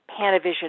Panavision